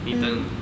你等